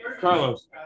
Carlos